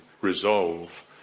resolve